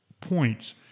points